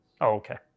Okay